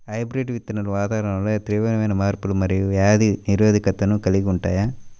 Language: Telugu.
హైబ్రిడ్ విత్తనాలు వాతావరణంలో తీవ్రమైన మార్పులకు మరియు వ్యాధి నిరోధకతను కలిగి ఉంటాయి